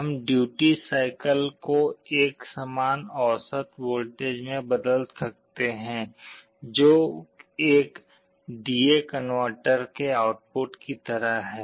हम duty cycle को एक समान औसत वोल्टेज में बदल सकते हैं जो एक डी ए कनवर्टर के आउटपुट की तरह है